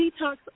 detox